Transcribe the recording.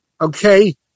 Okay